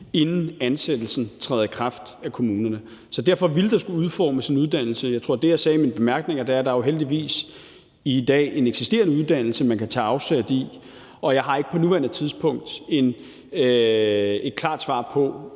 inden ansættelsen træder i kraft i kommunerne. Så derfor ville der skulle udformes en uddannelse. Jeg tror, det, jeg sagde i mine bemærkninger, er, at der jo heldigvis i dag er en eksisterende uddannelse, man kan tage afsæt i. Jeg har ikke på nuværende tidspunkt et klart svar på,